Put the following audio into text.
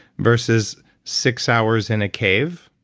versus six hours in a cave,